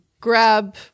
grab